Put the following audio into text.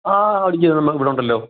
ആ ആടുജീവിതം ഇവിടുണ്ടല്ലോ